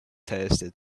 tasted